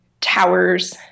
towers